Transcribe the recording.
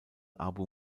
abu